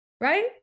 right